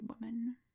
woman